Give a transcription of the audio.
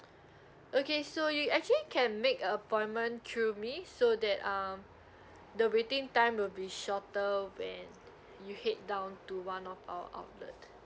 okay so you actually can make a appointment through me so that um the waiting time will be shorter when you head down to one of our outlet